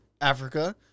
Africa